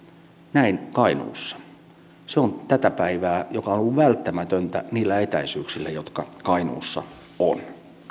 näin kainuussa se on tätä päivää ja se on ollut välttämätöntä niillä etäisyyksillä jotka kainuussa ovat